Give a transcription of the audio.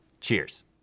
Cheers